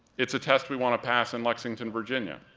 it's a test we wanna pass in lexington, virginia,